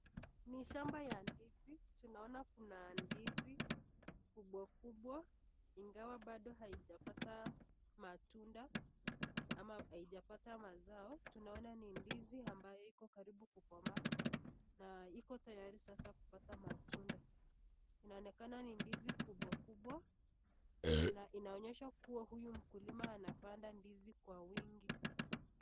Ni shamba la ndizi , tunaona kuna ndizi kubwa kubwa ingawa bado haijapata matunda ama haijapata mazao. Tunaona ni ndizi ambayo iko karibu kukomaa na iko tayari sasa kupata matunda. Inaonekana ni ndizi kubwa kubwa na inaonekana kua huyu mkulima anapanda ndizi kwa wingi.